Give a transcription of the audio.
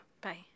Bye